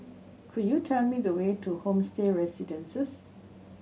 could you tell me the way to Homestay Residences